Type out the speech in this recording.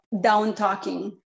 down-talking